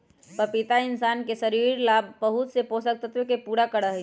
पपीता इंशान के शरीर ला बहुत से पोषक तत्व के पूरा करा हई